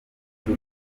turi